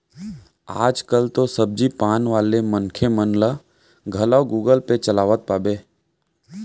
आज कल तो सब्जी पान वाले मनखे मन ल घलौ गुगल पे चलावत पाबे